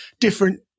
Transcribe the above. different